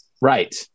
Right